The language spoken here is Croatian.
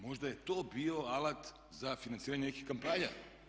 Možda je to bio alat za financiranje nekih kampanja.